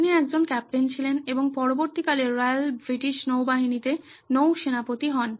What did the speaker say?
তিনি একজন কাপ্তান ছিলেন এবং পরবর্তীকালে রয়্যাল ব্রিটিশ নৌবাহিনীতে নৌসেনাপতি হন